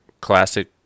classic